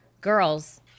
girls